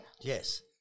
Yes